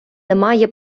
немає